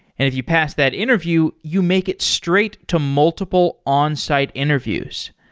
if you pass that interview, you make it straight to multiple onsite interviews.